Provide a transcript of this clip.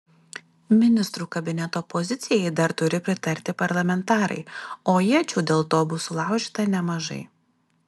ministrų kabineto pozicijai dar turi pritarti parlamentarai o iečių dėl to bus sulaužyta nemažai